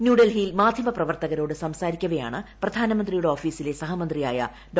ന്യൂഡൽഹിയിൽ മാധ്യമപ്രവർത്തകരോട് സംസാരിക്കവെയാണ് പ്രധാനമന്ത്രിയുടെ ഓഫീസിലെ സഹമന്ത്രിയായ ഡോ